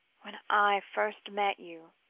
when i first met you,